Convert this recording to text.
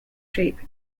shape